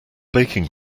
baking